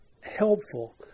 helpful